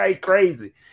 crazy